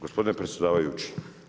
Gospodine predsjedavajući.